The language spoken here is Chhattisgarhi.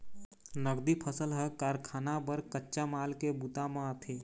नगदी फसल ह कारखाना बर कच्चा माल के बूता म आथे